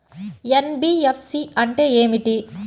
NBFC అంటే ఏమిటి?